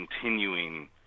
continuing